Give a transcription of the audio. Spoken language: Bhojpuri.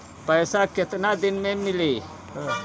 पैसा केतना दिन में मिली?